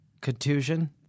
Contusion